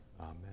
Amen